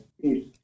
Peace